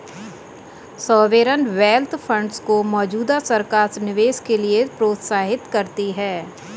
sovereign wealth funds को मौजूदा सरकार निवेश के लिए प्रोत्साहित कर रही है